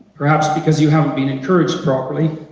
perhaps because you haven't been encouraged properly,